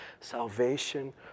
salvation